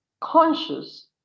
conscious